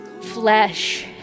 flesh